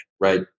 right